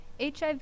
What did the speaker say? hiv